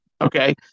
Okay